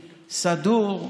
סדור,